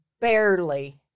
barely